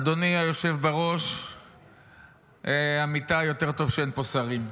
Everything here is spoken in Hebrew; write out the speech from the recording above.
אדוני היושב בראש, עמיתיי, יותר טוב שאין פה שרים.